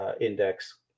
index